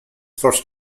first